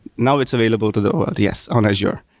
now it's available to the world. yes, on azure.